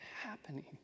happening